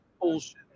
bullshit